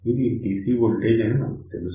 ఇది DC voltage అని మనకు తెలుసు